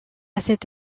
cette